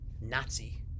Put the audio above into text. Nazi